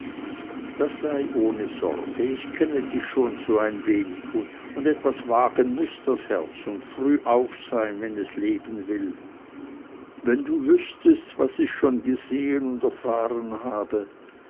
da sei ohne sorge ich kenne dich schon so ein wenig und etwas wagen muß das herz und früh auf sein wenn es leben will wenn du wüßtest was ich schon gesehen und erfahren habe